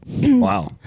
Wow